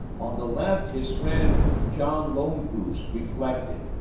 on the left, his friend john lone goose reflected,